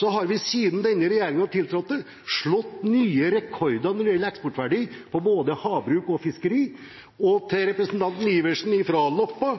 har vi siden denne regjeringen tiltrådte, slått nye rekorder når det gjelder eksportverdi på både havbruk og fiskeri. Og til representanten Iversen fra Loppa: